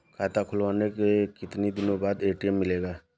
खाता खुलवाने के कितनी दिनो बाद ए.टी.एम मिलेगा?